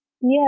Yes